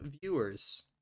viewers